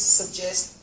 suggest